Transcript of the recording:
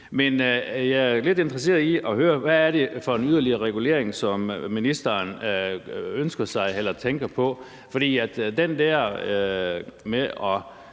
Men jeg er lidt interesseret i at høre: Hvad er det for en yderligere regulering, som ministeren ønsker sig eller tænker på?